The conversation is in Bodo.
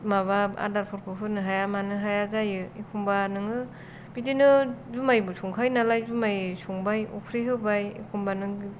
माबा आदारफोरखौ होनो हाया मानो हाया जायो एखनबा नोङो बिदिनो जुमाइबो संखायो नालाय जुमायबो संबाय अफ्रि होबाय एखनबा नों